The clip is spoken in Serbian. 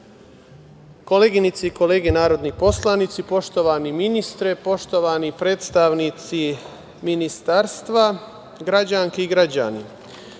koleginice i kolege narodni poslanici, poštovani ministre, poštovani predstavnici ministarstva, građanke i građani,